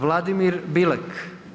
Vladimir Bilek.